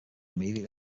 immediately